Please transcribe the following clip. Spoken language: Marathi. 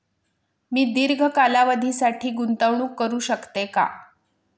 मी दीर्घ कालावधीसाठी गुंतवणूक करू शकते का?